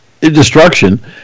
destruction